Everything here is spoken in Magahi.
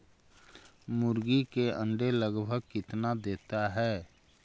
मुर्गी के अंडे लगभग कितना देता है?